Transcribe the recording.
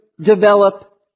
develop